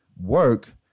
work